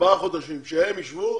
לארבעה חודשים שהם ישבו,